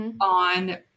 on